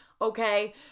okay